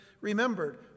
remembered